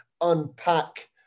unpack